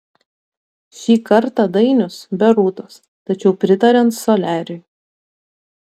šį kartą dainius be rūtos tačiau pritariant soliariui